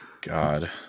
God